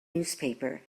newspaper